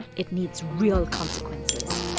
it needs real consequences